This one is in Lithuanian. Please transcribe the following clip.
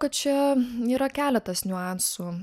kad čia yra keletas niuansų